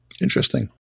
Interesting